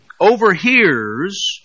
overhears